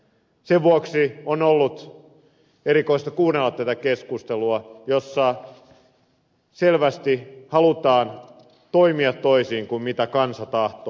sen vuoksi on ollut erikoista kuunnella tätä keskustelua jossa selvästi halutaan toimia toisin kuin kansa tahtoo